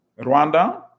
Rwanda